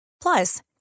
Plus